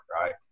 right